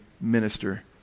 minister